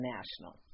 National